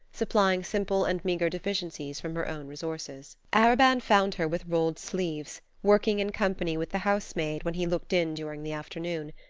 supplying simple and meager deficiencies from her own resources. arobin found her with rolled sleeves, working in company with the house-maid when he looked in during the afternoon.